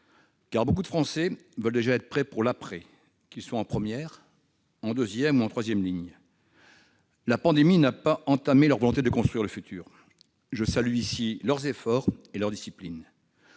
Beaucoup de Français veulent déjà être prêts pour l'après. Qu'ils soient en première, en deuxième ou en troisième ligne, la pandémie n'a pas entamé leur volonté de construire le futur. Je salue ici leurs efforts et leur discipline.